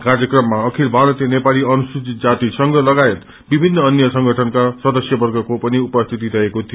कार्यक्रममा अखिल भारतीय नेपाली अनुसूचित जाति लगायत विभिन्न अन्य संगठनका सदस्यवर्गको उपस्थिति थियो